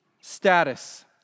status